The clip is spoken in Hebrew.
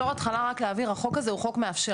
בתור התחלה רק להבהיר, החוק הזה הוא חוק מאפשר.